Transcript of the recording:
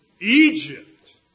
Egypt